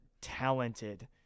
talented